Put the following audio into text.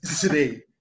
today